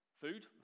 Food